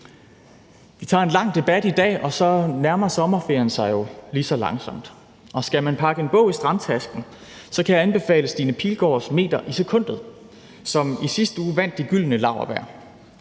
Vi tager en lang debat i dag, og så nærmer sommerferien sig jo lige så langsomt. Og skal man pakke en bog ned i strandtasken, kan jeg anbefale Stine Pilgaards »Meter i sekundet«, som i sidste uge vandt De Gyldne Laurbær.